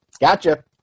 Gotcha